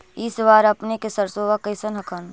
इस बार अपने के सरसोबा कैसन हकन?